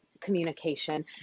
communication